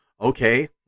okay